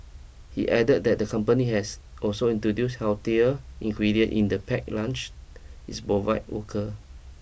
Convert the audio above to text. he added that the company has also introduce healthier ingredient in the pack lunch it's provide worker